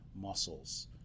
muscles